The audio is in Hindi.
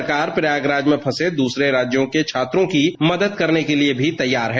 सरकार प्रयागराज में फंसे दूसरे राज्यों के छात्रों की मदद करने के लिए भी तैयार है